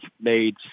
made